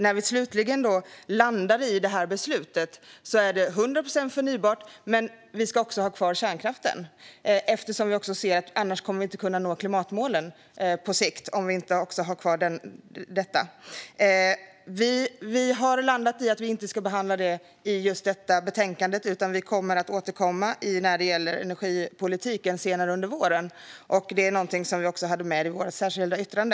När vi slutligen landade i beslutet handlade det om att vi ska ha 100 procent förnybart men också ha kvar kärnkraften. Vi måste ha kvar den för att vi annars på sikt inte kommer att kunna nå klimatmålen. Kristdemokraterna har landat i att inte behandla detta i just det här betänkandet utan kommer senare under våren att återkomma med vår energipolitik. Detta togs även upp i vårt särskilda yttrande.